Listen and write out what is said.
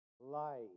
Life